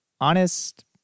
honest